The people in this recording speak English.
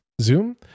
zoom